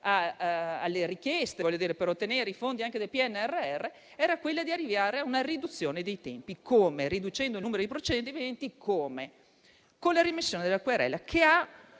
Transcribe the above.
alle richieste e ottenere i fondi del PNRR, significava arrivare a una riduzione dei tempi, diminuendo il numero dei procedimenti con la remissione della querela, con